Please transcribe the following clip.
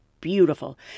beautiful